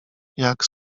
jak